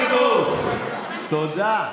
חבר הכנסת פינדרוס, תודה.